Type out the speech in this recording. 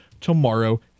tomorrow